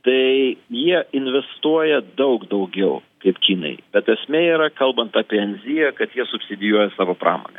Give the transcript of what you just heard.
tai jie investuoja daug daugiau kaip kinai bet esmė yra kalbant apie enziją kad jie subsidijuoja savo pramonę